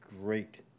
great